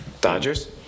Dodgers